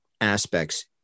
aspects